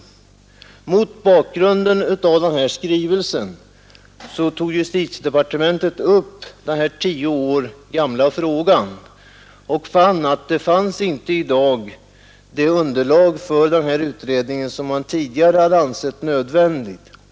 Mot bakgrunden av denna skrivelse tog justitiedepartementet upp den 113 tio år gamla frågan om mäklarverksamheten och konstaterade att det i dag inte finns det underlag för utredningen som man tidigare ansett nödvändigt.